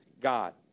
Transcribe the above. God